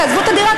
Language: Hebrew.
תעזבו את הדירה,